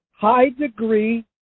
High-degree